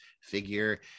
figure